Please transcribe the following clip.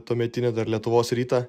tuometinį lietuvos rytą